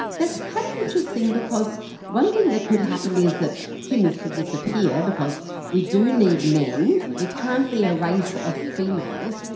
that's kind of interesting because one thing that could happen is that humans could disappear because we do need men, we can't be a race of females,